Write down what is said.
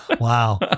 Wow